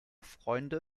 freunde